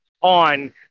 on